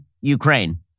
Ukraine